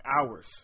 hours